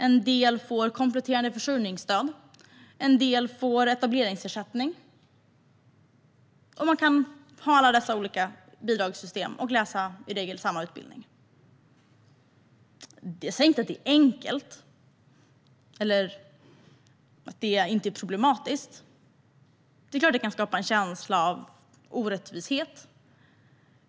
En del får kompletterande försörjningsstöd. En del får etableringsersättning. Folk kan få olika typer av bidrag trots att de läser i stort sett samma utbildning. Jag säger inte att det är enkelt eller oproblematiskt. Det är klart att det kan skapa en känsla av orättvisa.